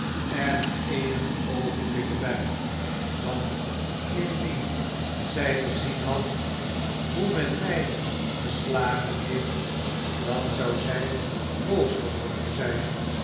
er na eenige oogenblikken bij want indien zij gezien had hoe men mij geslagen heeft dan zou zij boos geworden zijn